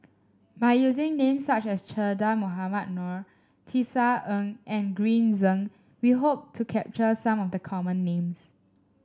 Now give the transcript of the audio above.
by using names such as Che Dah Mohamed Noor Tisa Ng and Green Zeng we hope to capture some of the common names